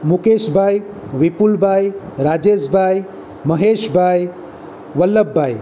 Mukeshbhai Vipulbhai Rajeshbhai Maheshbhai Vallabhbhai